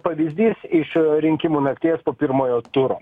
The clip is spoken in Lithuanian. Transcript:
pavyzdys iš rinkimų nakties po pirmojo turo